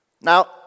Now